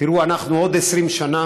תראו, אנחנו עוד 20 שנה